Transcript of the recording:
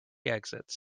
exits